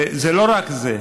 זה לא רק זה,